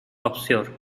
obscure